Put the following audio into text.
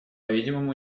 видимому